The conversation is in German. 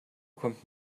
kommt